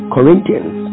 Corinthians